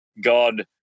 god